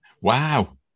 Wow